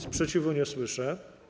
Sprzeciwu nie słyszę.